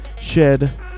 Shed